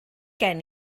gen